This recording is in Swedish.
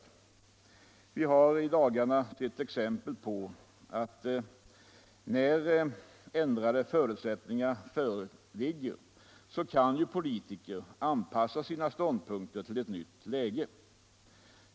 Vi har ju i dagarna sett exempel på att när ändrade förutsättningar föreligger kan politiker anpassa sina ståndpunkter till ett nytt läge.